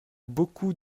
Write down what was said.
beaucoup